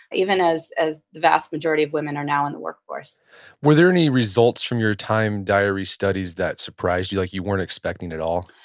even as as the vast majority of women are now in the work force were there any results from your time diary studies that surprised you? like you weren't expecting at all?